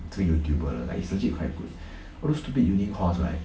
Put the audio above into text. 这个 youtuber 的 like it's legit quite good all those stupid uni course right